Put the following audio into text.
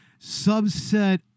subset